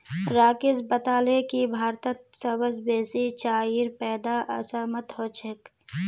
राकेश बताले की भारतत सबस बेसी चाईर पैदा असामत ह छेक